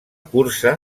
cursa